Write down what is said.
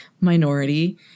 minority